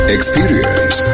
Experience